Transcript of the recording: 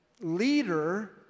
leader